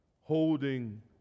holding